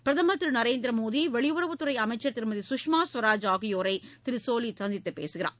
பிரதமர் திரு நரேந்திரமோடி வெளியுறவுத்துறை அமைச்சர் திருமதி குஷ்மா ஸ்வராஜ் ஆகியோரை திரு சோலி சந்தித்துப் பேசவிருக்கிறார்